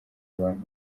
abantu